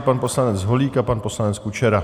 Pan poslanec Holík a pan poslanec Kučera.